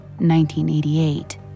1988